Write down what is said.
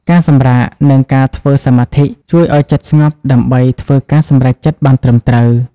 ការសម្រាក និងការធ្វើសមាធិ ជួយឱ្យចិត្តស្ងប់ដើម្បីធ្វើការសម្រេចចិត្តបានត្រឹមត្រូវ។